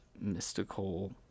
mystical